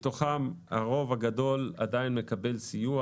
מתוכם הרוב הגדול עדיין מקבל סיוע.